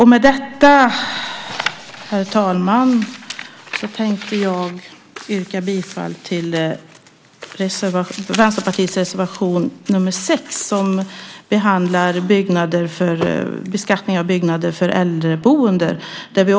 Herr talman! Jag yrkar bifall till Vänsterpartiets reservation 6 där beskattning av byggnader för äldreboende behandlas.